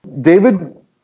David